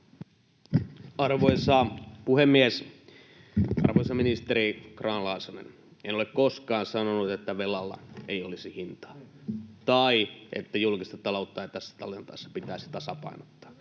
Arvoisa puhemies! Arvoisa ministeri Grahn-Laasonen, en ole koskaan sanonut, että velalla ei olisi hintaa tai että julkista taloutta ei tässä tilanteessa pitäisi tasapainottaa.